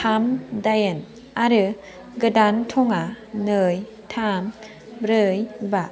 थाम दाइन आरो गोदान थाङा नै थाम ब्रै बा